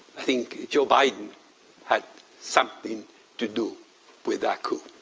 think joe biden had something to do with that coup.